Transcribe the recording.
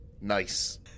Nice